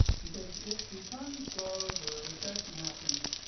because if the economy slows or a recession happens,